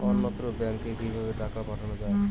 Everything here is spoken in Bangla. অন্যত্র ব্যংকে কিভাবে টাকা পাঠানো য়ায়?